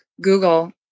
Google